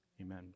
Amen